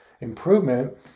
improvement